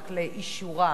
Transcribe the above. רק לאישורה.